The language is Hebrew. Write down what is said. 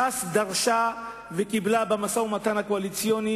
ש"ס דרשה וקיבלה במשא-ומתן הקואליציוני,